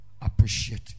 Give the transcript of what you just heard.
Appreciate